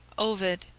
ovid